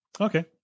Okay